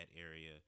area